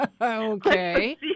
Okay